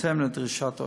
בהתאם לדרישת העותרים.